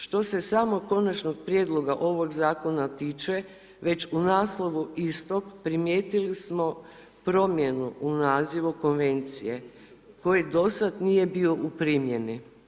Što se samog konačnog prijedloga ovog zakona tiče, već u naslovu istog, primijetili smo promjenu u nazivu Konvencije koji do sad nije bio u primjeni.